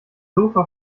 sofa